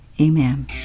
Amen